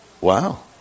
wow